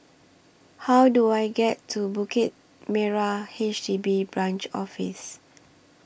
How Do I get to Bukit Merah H D B Branch Office